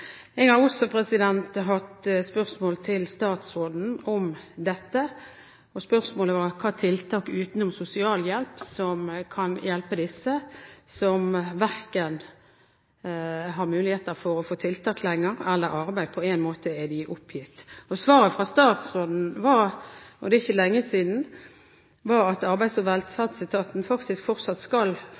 Jeg har også stilt spørsmål til statsråden om dette. Spørsmålet var: Hvilke tiltak foruten sosialhjelp kan hjelpe disse som verken har muligheter for å få tiltak lenger, eller arbeid? På en måte er de oppgitt. Svaret fra statsråden – og det er ikke lenge siden – var at de fortsatt skal få hensiktsmessig oppfølging av etaten, tilbud om tiltak eller arbeid, og